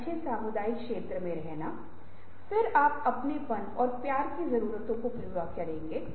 इसलिए वहाँ के कई संगठन जोखिम लेने के लिए वित्तीय विरोध कर रहे थे